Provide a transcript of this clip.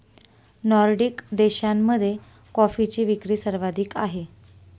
Nordic देशांमध्ये कॉफीची विक्री सर्वाधिक आहे